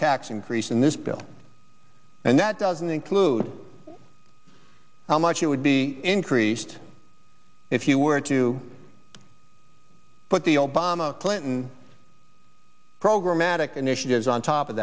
tax increase in this bill and that doesn't include how much you would be increased if you were to put the obama clinton programatic initiatives on top of